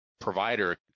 provider